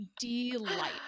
delight